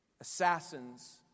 Assassins